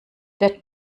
that